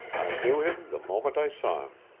i knew him the moment i saw him.